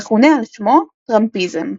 המכונה על שמו – טראמפיזם.